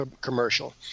commercial